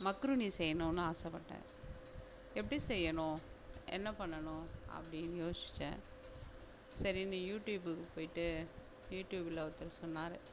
macaroni செய்யணும்னு ஆசைப்பட்டேன் எப்படி செய்யணும் என்ன பண்ணணும் அப்படின்னு யோசித்தேன் சரின்னு யூடியூபுக்கு போய்ட்டு யூடியூபில் ஒருத்தர் சொன்னார்